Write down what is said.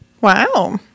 Wow